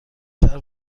شهر